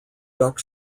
duck